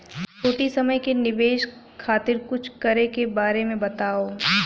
छोटी समय के निवेश खातिर कुछ करे के बारे मे बताव?